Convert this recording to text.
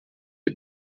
les